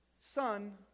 son